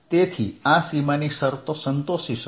જેથી આ સીમાની શરતો સંતોષી શકાય